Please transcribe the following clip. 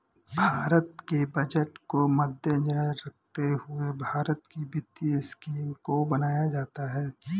भारत के बजट को मद्देनजर रखते हुए भारत की वित्तीय स्कीम को बनाया जाता है